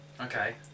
Okay